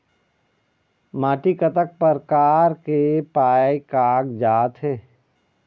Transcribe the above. माटी कतक प्रकार के पाये कागजात हे?